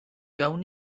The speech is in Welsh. gawn